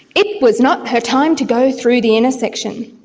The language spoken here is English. it was not her time to go through the intersection.